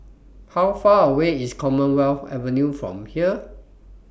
How Far away IS Commonwealth Avenue from here